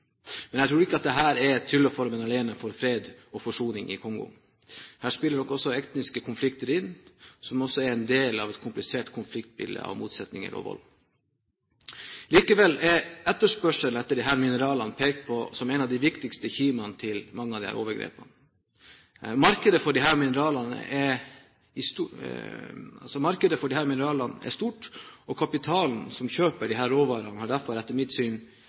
Men jeg tror ikke dette er trylleformelen alene for fred og forsoning i Kongo. Her spiller nok også etniske konflikter inn, som også er en del av et komplisert konfliktbilde av motsetninger og vold. Likevel er etterspørselen etter disse mineralene pekt på som en av de viktigste kimene til mange av disse overgrepene. Markedet for disse mineralene er stort, og kapitalen som kjøper disse råvarene, har derfor, etter mitt syn,